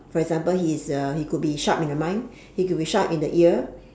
for example he is uh he could be sharp in the mind he could be sharp in the ear